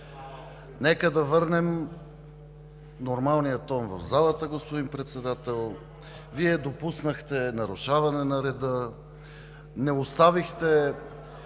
Нека да върнем нормалния тон в залата, господин Председател. Вие допуснахте нарушаване на реда. Не оставихте